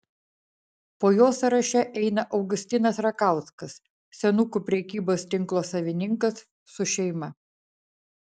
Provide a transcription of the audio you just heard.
po jo sąraše eina augustinas rakauskas senukų prekybos tinko savininkas su šeima